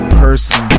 person